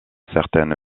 certaine